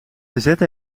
zette